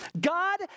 God